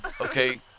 okay